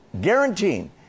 guaranteeing